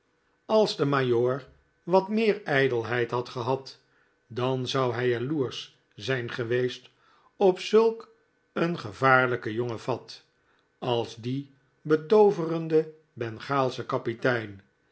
als de majoor wat meer ijdelheid had gehad dan zou hij jaloersch zijn geweest op zulk een gevaarlijken jongen fat als dien betooverenden bengaalschen kapitein